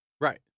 Right